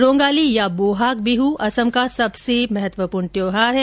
रोंगाली या बोहाग बिहू असम का सबसे महत्वपूर्ण त्यौहार है